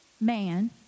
man